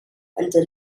until